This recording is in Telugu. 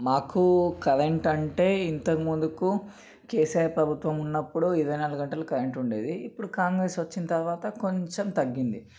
మాకు కరెంట్ అంటే ఇంతకు ముందుకు కేసీఆర్ ప్రభుత్వం ఉన్నప్పుడు ఇరవై నాలుగు గంటలు కరెంట్ ఉండేది ఇప్పుడు కాంగ్రెస్ వచ్చిన తరువాత కొంచెం తగ్గింది